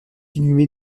inhumée